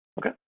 Okay